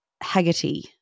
Haggerty